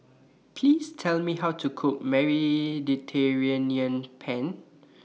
Please Tell Me How to Cook Mediterranean Penne